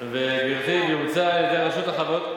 ואומצה על-ידי רשות החברות,